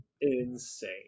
Insane